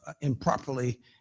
improperly